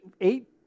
eight